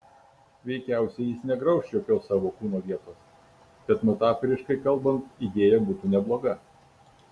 veikiausiai jis negrauš jokios savo kūno vietos bet metaforiškai kalbant idėja būtų nebloga